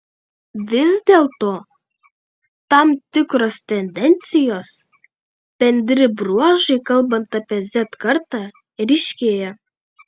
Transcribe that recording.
vis dėlto tam tikros tendencijos bendri bruožai kalbant apie z kartą ryškėja